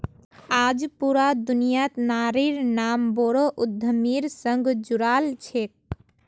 आज पूरा दुनियात नारिर नाम बोरो उद्यमिर संग जुराल छेक